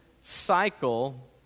cycle